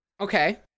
Okay